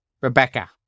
Rebecca